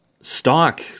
stock